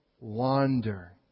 wander